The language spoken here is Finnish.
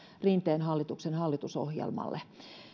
rinteen hallituksen hallitusohjelmalle